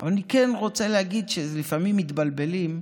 אבל אני כן רוצה להגיד שלפעמים מתבלבלים,